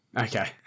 Okay